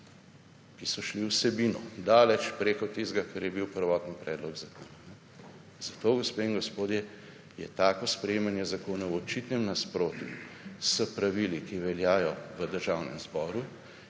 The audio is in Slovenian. ki so šli v vsebino daleč preko tistega, kar je bil prvotni predlog zakona. Zato, gospe in gospodje, je tako sprejemanje zakonov v očitnem nasprotju s pravili, ki veljajo v Državnem zboru,